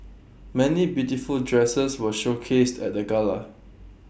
many beautiful dresses were showcased at the gala